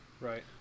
right